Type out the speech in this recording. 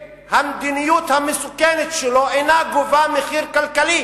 שהמדיניות המסוכנת שלו אינה גובה מחיר כלכלי,